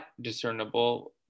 discernible